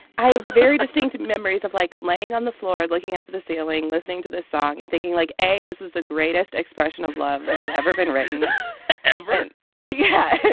i have very distinct memories of, like, laying on the floor, looking up at the ceiling, listening to this song and thinking like, a, this was the greatest expression of love that had ever been written ever and ah yeah.